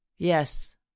yes